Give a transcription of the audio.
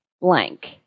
blank